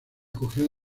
cogió